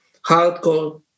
hardcore